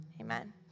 Amen